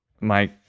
Mike